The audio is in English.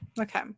Okay